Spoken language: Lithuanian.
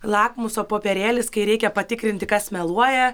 lakmuso popierėlis kai reikia patikrinti kas meluoja